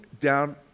down